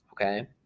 okay